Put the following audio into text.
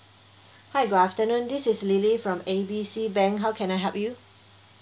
hi good afternoon this is lily from A B C bank how can I help you